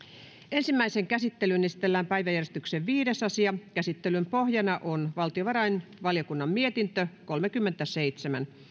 ensimmäiseen käsittelyyn esitellään päiväjärjestyksen viides asia käsittelyn pohjana on valtiovarainvaliokunnan mietintö kolmekymmentäseitsemän